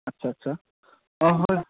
আচ্ছা আচ্ছা অঁ হয়